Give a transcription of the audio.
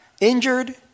injured